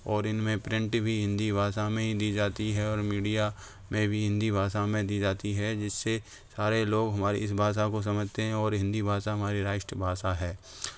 और इनमें प्रिंट भी हिंदी भाषा में ही दी जाती है और मीडिया में भी हिंदी भाषा में दी जाती है जिससे सारे लोग हमारे इस भाषा को समझते हैं और हिंदी भाषा हमारी राष्ट्रभाषा है